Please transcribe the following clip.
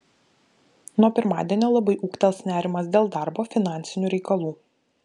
nuo pirmadienio labai ūgtels nerimas dėl darbo finansinių reikalų